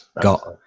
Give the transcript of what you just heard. got